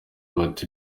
bati